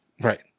Right